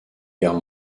guerre